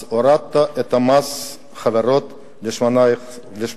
אז הורדת את מס החברות ב-18%,